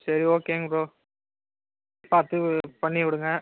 சரி ஒகேங்க ப்ரோ பார்த்து பண்ணிவிடுங்கள்